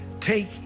take